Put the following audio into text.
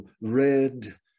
red